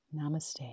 Namaste